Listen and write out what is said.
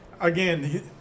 again